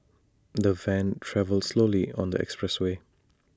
the van travelled slowly on the expressway